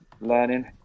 learning